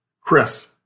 Chris